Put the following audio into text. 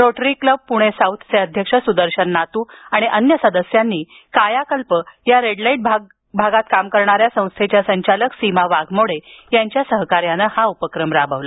rotary Pune साऊथचे अध्यक्ष स्दर्शन नातू आणि अन्य सदस्यांनी कायाकल्प या रेड लाईट भागात काम करणाऱ्या संस्थेच्या संचालिका सीमा वाघमोडे यांच्या सहकार्यानं हा उपक्रम राबवला